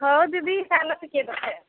ହଉ ଦିଦି